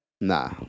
Nah